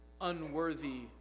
unworthy